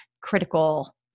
critical